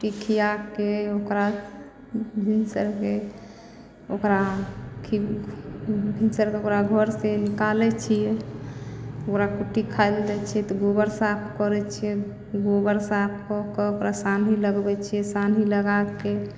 कुट्टी खुआके ओकरा भिनसरके ओकरा भिनसरके ओकरा घरसँ निकालै छिए ओकरा कुट्टी खाइ लै दै छिए तऽ गोबर साफ करै छिए गोबर साफ कऽ कऽ ओकरा सानी लगबै छिए सानी लगाकऽ